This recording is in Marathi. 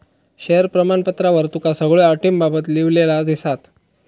शेअर प्रमाणपत्रावर तुका सगळ्यो अटींबाबत लिव्हलेला दिसात